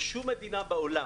בשום מדינה בעולם,